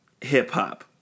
hip-hop